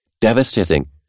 devastating